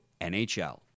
NHL